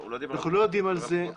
אנחנו לא יודעים על זה,